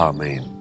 Amen